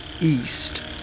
east